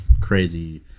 crazy